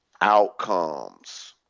outcomes